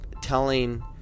telling